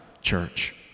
church